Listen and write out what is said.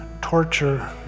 torture